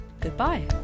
goodbye